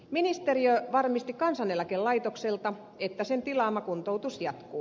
ministeriö varmisti kansaneläkelaitokselta että sen tilaama kuntoutus jatkuu